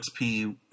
XP